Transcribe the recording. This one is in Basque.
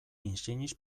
insignis